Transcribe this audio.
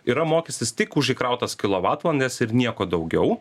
yra mokestis tik už įkrautas kilovatvalandes ir nieko daugiau